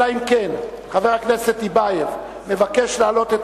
אלא אם כן חבר הכנסת טיבייב מבקש להעלות את